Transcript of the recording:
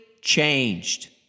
changed